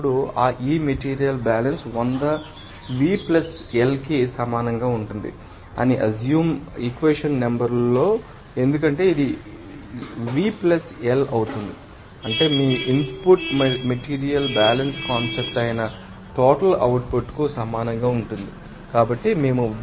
ఇప్పుడు ఈ material balance 100 V L కి సమానంగా ఉంటుందని అస్సుమ్ ఈక్వేషన్ నెంబర్ 1 లో ఎందుకంటే ఇది V L అవుతుంది అంటే మీ ఇన్పుట్ మెటీరియల్ బ్యాలెన్స్ కాన్సెప్ట్ అయిన టోటల్ అవుట్పుట్కు సమానంగా ఉంటుంది